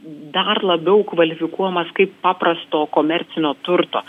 dar labiau kvalifikuojamas kaip paprasto komercinio turto